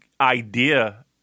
idea